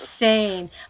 insane